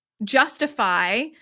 justify